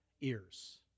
ears